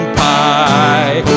pie